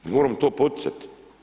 Mi moramo to poticati.